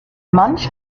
manch